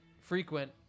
frequent